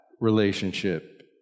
relationship